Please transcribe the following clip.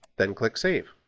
then click save.